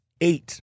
Eight